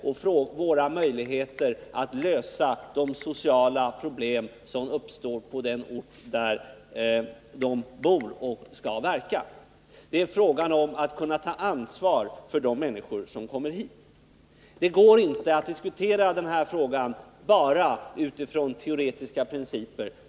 Det är fråga om våra möjligheter att lösa de sociala problem som uppstår på den ort där människorna bor och skall verka. Det är fråga om att kunna ta ansvar för de människor som kommer hit. Det går inte att diskutera frågan bara utifrån teoretiska principer.